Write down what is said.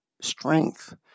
strength